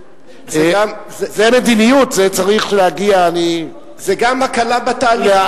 זאת מדיניות, זה צריך להגיע, זו גם הקלה בתהליכים.